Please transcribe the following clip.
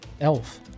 Elf